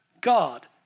God